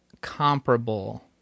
comparable